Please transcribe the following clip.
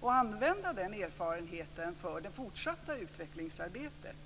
och använda den erfarenheten för det fortsatta utvecklingsarbetet.